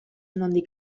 nondik